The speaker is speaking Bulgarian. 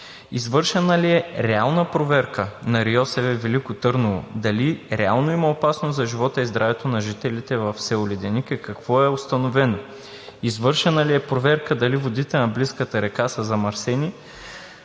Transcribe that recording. извършена ли е реална проверка от РИОСВ – Велико Търново; дали реално има опасност за живота и здравето на жителите в село Леденик; какво е установено; извършена ли е проверка дали водите на близката река са замърсени